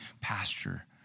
pasture